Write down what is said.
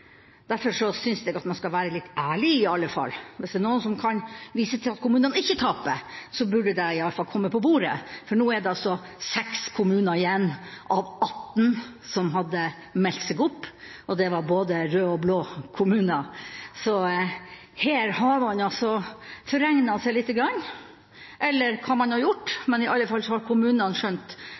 Derfor syns jeg man skal være litt ærlig i alle fall. Hvis det er noen som kan vise til at kommunene ikke taper, burde det iallfall komme på bordet, for nå er det seks kommuner igjen av 18 som hadde meldt seg opp, og det var både røde og blå kommuner. Her har man forregnet seg lite grann – eller hva man har gjort – men iallfall har kommunene skjønt at dette er ikke noen veldig god idé å være med på, og det blir i alle fall